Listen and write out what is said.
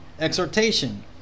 exhortation